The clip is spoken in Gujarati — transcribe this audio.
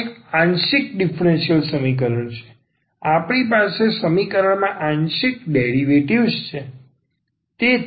આ એક આંશિક ડીફરન્સીયલ સમીકરણ છે આપણી પાસે આ સમીકરણમાં આંશિક ડેરિવેટિવ્ઝ છે